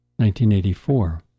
1984